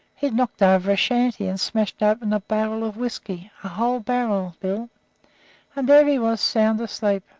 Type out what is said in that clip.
he'd knocked over a shanty and smashed open a barrel of whisky a whole barrel, bill and there he was sound asleep.